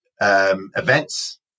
events